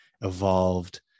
evolved